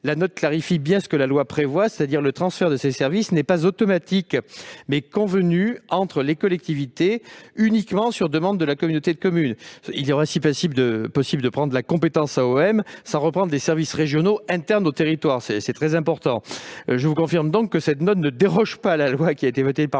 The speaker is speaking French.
la note clarifie bien ce que la loi prévoit : le transfert de ces services n'est pas automatique, il est convenu entre les collectivités, uniquement sur demande de la communauté de communes. Il sera par ailleurs possible de prendre la compétence AOM sans reprendre les services régionaux internes au territoire. C'est très important. Je vous confirme donc que cette note ne déroge pas à la loi qui a été votée par